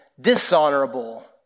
dishonorable